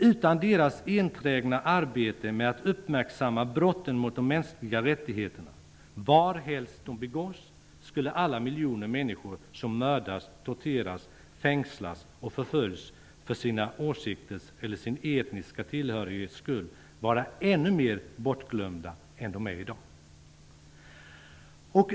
Utan deras enträgna arbete med att uppmärksamma brotten mot de mänskliga rättigheterna var helst de begås skulle alla miljoner människor som mördas, torteras, fängslas och förföljs för sina åsikters eller sin etniska tillhörighets skull vara ännu mer bortglömda än de är i dag.